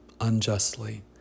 unjustly